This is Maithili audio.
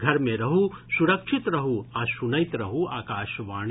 घर मे रहू सुरक्षित रहू आ सुनैत रहू आकाशवाणी